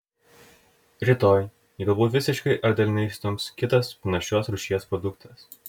rytoj jį galbūt visiškai ar dalinai išstums kitas panašios rūšies produktas